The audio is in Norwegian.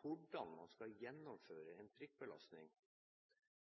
hvordan man skal gjennomføre en prikkbelastning